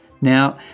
Now